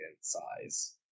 size